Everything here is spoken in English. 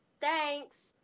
thanks